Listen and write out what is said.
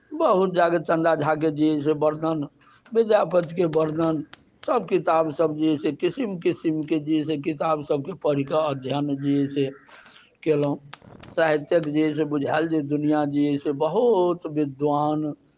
बहुत ज्यादे चन्दा झाके जे अइ से वर्णन विद्यापतके वर्णन सभ किताबसभ जे अइ से किसिम किसिमके अइ से किताबसभके पढ़ि कऽ अध्ययन जे अइ से कयलहुँ साहित्यक जे अइ से बुझायल जे दुनियआँ जे अइ से बहुत विद्वान